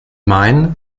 maine